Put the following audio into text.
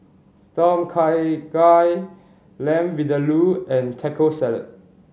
Tom Kha Gai Lamb Vindaloo and Taco Salad